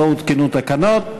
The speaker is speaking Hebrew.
לא הותקנו תקנות.